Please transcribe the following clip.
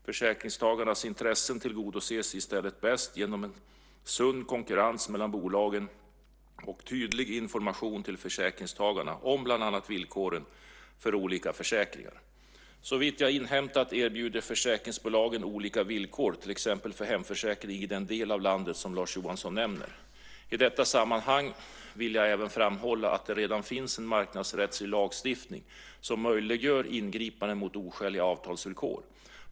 Försäkringstagarnas intressen tillgodoses i stället bäst genom sund konkurrens mellan bolagen och tydlig information till försäkringstagarna om bland annat villkoren för olika försäkringar. Såvitt jag inhämtat erbjuder försäkringsbolagen olika villkor till exempel för hemförsäkring i den del av landet som Lars Johansson nämner. I detta sammanhang vill jag även framhålla att det redan finns en marknadsrättslig lagstiftning som möjliggör ingripanden mot oskäliga avtalsvillkor.